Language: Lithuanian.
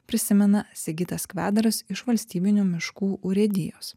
prisimena sigitas kvedaras iš valstybinių miškų urėdijos